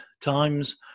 times